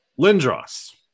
Lindros